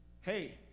Hey